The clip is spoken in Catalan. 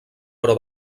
però